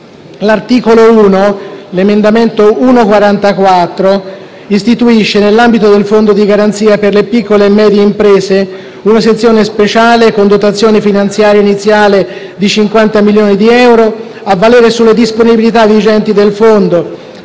l'articolo 1 (emendamento 1.44 (testo 2)) istituisce, nell'ambito del Fondo di garanzia per le piccole e medie imprese, una sezione speciale, con dotazione finanziaria iniziale di 50 milioni di euro, a valere sulle disponibilità vigenti del Fondo,